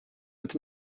with